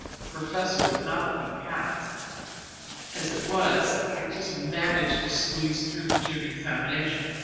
the professor would not let me pass as it was, i just managed to squeeze through the june examination.